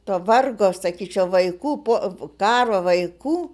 to vargo sakyčiau vaikų po karo vaikų